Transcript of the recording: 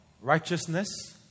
righteousness